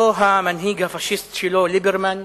לא המנהיג הפאשיסט שלו ליברמן,